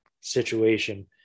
situation